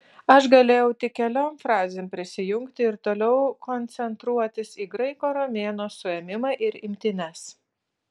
aš galėjau tik keliom frazėm prisijungti ir toliau koncentruotis į graiko romėno suėmimą ir imtynes